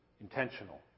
intentional